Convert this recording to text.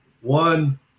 one